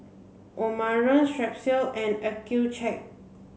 Omron Strepsils and Accucheck